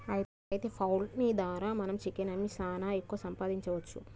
అయితే పౌల్ట్రీ ద్వారా మనం చికెన్ అమ్మి సాన ఎక్కువ సంపాదించవచ్చు